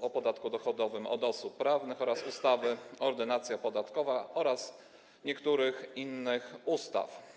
o podatku dochodowym od osób prawnych, ustawy Ordynacja podatkowa oraz niektórych innych ustaw.